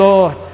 Lord